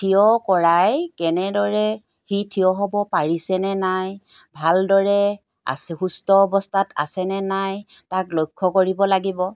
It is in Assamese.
থিয় কৰাই কেনেদৰে সি থিয় হ'ব পাৰিছেনে নাই ভালদৰে আছে সুস্থ অৱস্থাত আছেনে নাই তাক লক্ষ্য কৰিব লাগিব